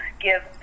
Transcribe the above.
give